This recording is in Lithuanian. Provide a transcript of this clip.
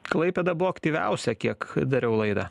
klaipėda buvo aktyviausia kiek dariau laidą